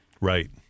Right